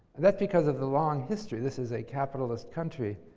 that's because of the long history. this is a capitalist country.